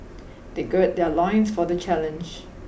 they gird their loins for the challenge